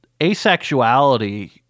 asexuality